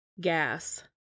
Gas